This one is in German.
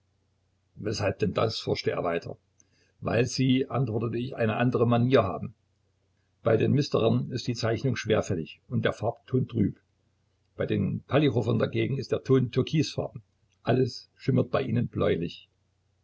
weshalb denn das forschte er weiter weil sie antwortete ich eine andere manier haben bei den msterern ist die zeichnung schwerfällig und der farbton trüb bei den palichowern dagegen ist der ton türkisfarbig alles schimmert bei ihnen